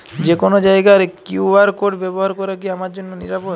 যে কোনো জায়গার কিউ.আর কোড ব্যবহার করা কি আমার জন্য নিরাপদ?